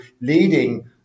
leading